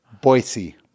Boise